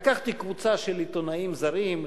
לקחתי קבוצה של עיתונאים זרים,